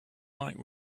might